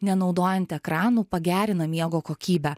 nenaudojant ekranų pagerina miego kokybę